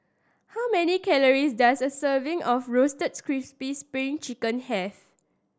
how many calories does a serving of Roasted Crispy Spring Chicken have